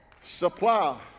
supply